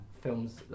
films